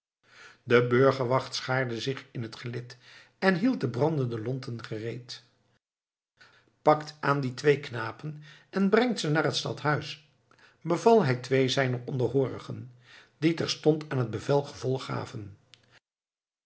de burgerwacht schaarde zich in het gelid en hield de brandende lonten gereed pakt aan die twee knapen en brengt ze naar het stadhuis beval hij twee zijner onderhoorigen die terstond aan dat bevel gevolg gaven